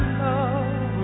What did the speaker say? love